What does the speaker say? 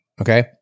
Okay